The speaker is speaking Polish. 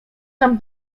tam